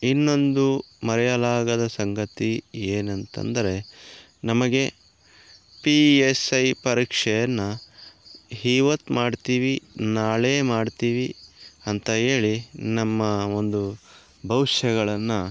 ಇನ್ನೊಂದು ಮರೆಯಲಾಗದ ಸಂಗತಿ ಏನಂತಂದರೆ ನಮಗೆ ಪಿ ಎಸ್ ಐ ಪರೀಕ್ಷೆಯನ್ನು ಈವತ್ ಮಾಡ್ತೀವಿ ನಾಳೆ ಮಾಡ್ತೀವಿ ಅಂತ ಹೇಳಿ ನಮ್ಮ ಒಂದು ಭವಿಷ್ಯಗಳನ್ನ